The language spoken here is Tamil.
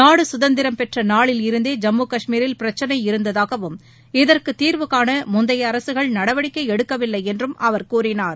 நாடு குதந்திரம் பெற்ற நாளில் இருந்தே ஜம்மு கஷ்மீரில் பிரச்சினை இருந்ததாகவும் இதற்கு தீர்வு காண முந்தைய அரசுகள் நடவடிக்கை எடுக்கவில்லை என்றும் அவர் கூறினார்